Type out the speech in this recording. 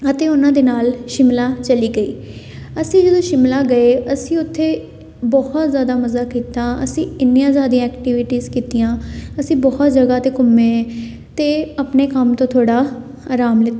ਅਤੇ ਉਹਨਾਂ ਦੇ ਨਾਲ ਸ਼ਿਮਲਾ ਚਲੀ ਗਈ ਅਸੀਂ ਜਦੋਂ ਸ਼ਿਮਲਾ ਗਏ ਅਸੀਂ ਉੱਥੇ ਬਹੁਤ ਜ਼ਿਆਦਾ ਮਜ਼ਾ ਕੀਤਾ ਅਸੀਂ ਇੰਨੀਆਂ ਜ਼ਿਆਦਾ ਐਕਟੀਵਿਟੀਜ਼ ਕੀਤੀਆਂ ਅਸੀਂ ਬਹੁਤ ਜਗ੍ਹਾ 'ਤੇ ਘੁੰਮੇ ਅਤੇ ਆਪਣੇ ਕੰਮ ਤੋਂ ਥੋੜ੍ਹਾ ਆਰਾਮ ਲਿੱਤਾ